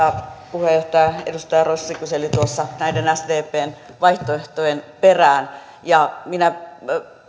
puheenjohtaja edustaja rossi kyseli tuossa näiden sdpn vaihtoehtojen perään minä